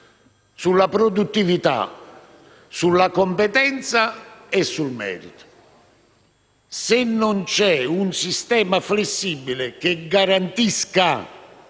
sulla produttività, sulla competenza e sul merito. Ebbene, serve un sistema flessibile, che garantisca